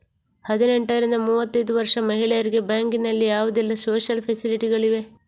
ಹದಿನೆಂಟರಿಂದ ಮೂವತ್ತೈದು ವರ್ಷ ಮಹಿಳೆಯರಿಗೆ ಬ್ಯಾಂಕಿನಲ್ಲಿ ಯಾವುದೆಲ್ಲ ಸೋಶಿಯಲ್ ಫೆಸಿಲಿಟಿ ಗಳಿವೆ?